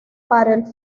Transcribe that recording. para